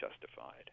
justified